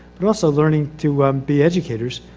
but also learning to, be educators.